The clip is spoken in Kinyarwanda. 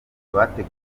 abagiye